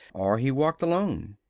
or he walked alone.